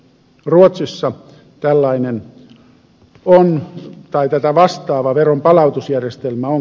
ruotsissa tätä vastaava veronpalautusjärjestelmä on käytössä